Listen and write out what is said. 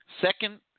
Second